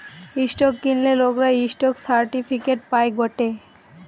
stock কিনলে লোকরা stock certificate পায় গটে